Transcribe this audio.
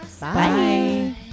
Bye